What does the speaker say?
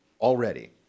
already